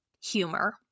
humor